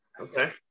Okay